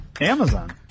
Amazon